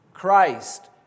Christ